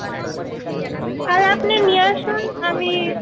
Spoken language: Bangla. তাহলে আপনি নিয়ে আসুন আমি